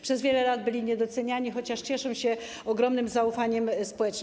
Przez wiele lat byli niedoceniani, chociaż cieszą się ogromnym zaufaniem społecznym.